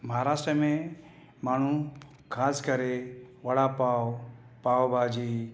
महाराष्ट्र में माण्हू ख़ासि करे वड़ा पाव पाव भाॼी